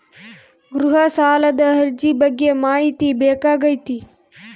ಗೃಹ ಸಾಲದ ಅರ್ಜಿ ಬಗ್ಗೆ ಮಾಹಿತಿ ಬೇಕಾಗೈತಿ?